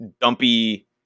dumpy